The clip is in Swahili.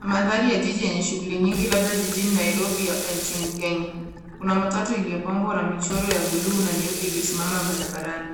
Mandhari ya jiji lenye shughuli nyingi labda jijini Nairobi hapa nchini Kenya. Kuna matatu iliyopambwa na michoro ya buluu na nyeupe iliyosimama barabarani.